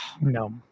No